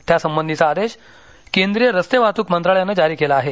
त्यासंबंधीचा आदेश केंद्रीय रस्ते वाहतूक मंत्रालयानं जारी केला आहे